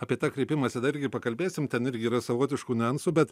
apie tą kreipimąsi dar irgi pakalbėsim ten irgi yra savotiškų niuansų bet